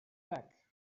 back